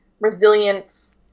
resilience